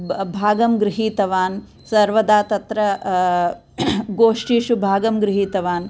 भागं गृहीतवान् सर्वदा तत्र गोष्ठिसु भागं गृहीतवान्